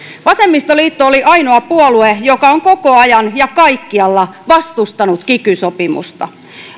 vasemmistoliitto oli ainoa puolue joka on koko ajan ja kaikkialla vastustanut kiky sopimusta